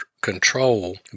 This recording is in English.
control